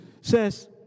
says